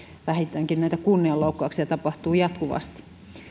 vähintäänkin näitä kunnianloukkauksia tapahtuu jatkuvasti